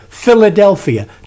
Philadelphia